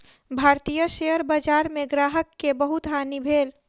भारतीय शेयर बजार में ग्राहक के बहुत हानि भेल